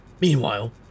Meanwhile